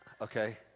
Okay